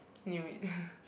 knew it